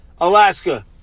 Alaska